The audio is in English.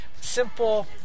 simple